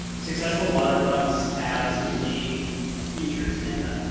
successful waterfronts have some key features in them.